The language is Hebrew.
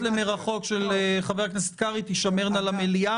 למרחוק של חבר הכנסת קרעי תשמרנה למליאה.